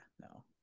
no